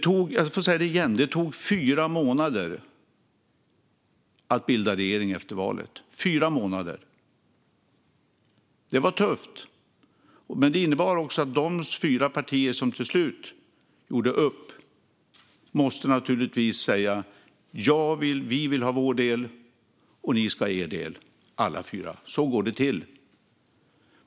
Jag får säga det igen: Det tog fyra månader att bilda regering efter valet. Fyra månader. Det var tufft. Det innebar också att de fyra partier som till slut gjorde upp naturligtvis alla fyra måste säga: Vi vill ha vår del, och ni ska ha er del. Så går det till.